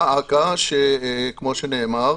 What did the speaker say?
דא עקא, כמו שנאמר,